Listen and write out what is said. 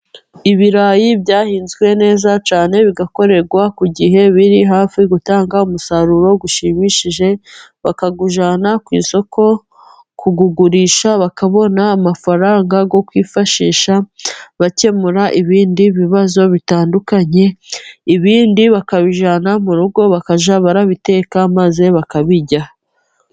Ibirayi byahinzwe neza cyane bigakorerwa ku gihe, biri hafi gutanga umusaruro ushimishije bakawujyana ku isoko kuwugurisha bakabona amafaranga yo kwifashisha bakemura ibindi bibazo bitandukanye, ibindi bakabijyana mu rugo bakajya babiteka maze bakabirya.